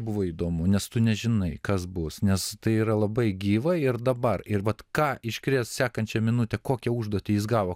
buvo įdomu nes tu nežinai kas bus nes tai yra labai gyva ir dabar ir vat ką iškrės sekančią minutę kokią užduotį jis gavo